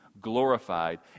glorified